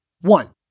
one